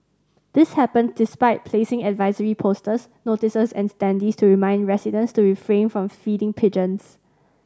this happen despite placing advisory posters notices and standees to remind residents to refrain from feeding pigeons